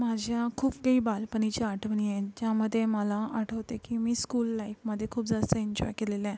माझ्या खूप काही बालपणीच्या आठवणी आहेत ज्यामध्ये मला आठवते की मी स्कूल लाईपमध्ये खूप जास्त एन्जॉय केलेलं आहे